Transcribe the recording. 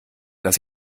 dass